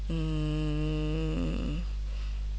mm